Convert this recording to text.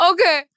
Okay